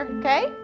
okay